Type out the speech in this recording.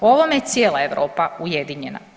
U ovome je cijela Europa ujedinjena.